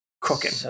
cooking